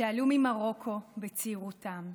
שעלו ממרוקו בצעירותם,